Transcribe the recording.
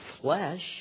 flesh